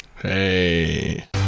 Hey